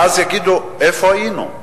ואז ישאלו איפה היינו.